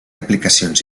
aplicacions